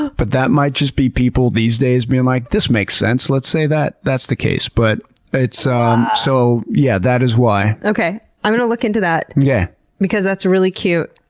ah but that might just be people these days being like, this makes sense. let's say that that's the case, but um so yeah, that is why. okay i'm gonna look into that yeah because that's really cute.